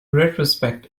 retrospect